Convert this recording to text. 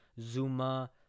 Zuma